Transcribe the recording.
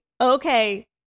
okay